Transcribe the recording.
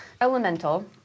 elemental